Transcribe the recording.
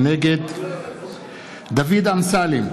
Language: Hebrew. נגד דוד אמסלם,